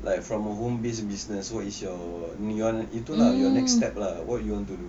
like from a home base business what is your neon~ itu lah your next step lah what you want to do